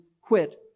quit